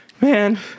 man